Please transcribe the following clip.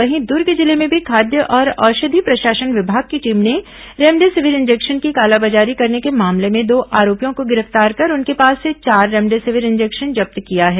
वहीं दुर्ग जिले में भी खाद्य और औषधि प्रशासन विभाग की टीम ने रेमडेसिविर इंजेक्शन की कालाबाजारी करने के मामले में दो आरोपियों को गिरफ्तार कर उनके पास से चार रेमडेसिविर इंजेक्शन जब्त किया है